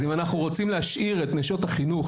אז אם אנחנו רוצים להשאיר את נשות החינוך